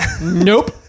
nope